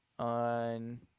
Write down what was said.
On